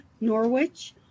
Norwich